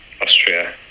austria